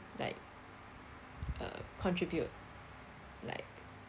like uh contribute like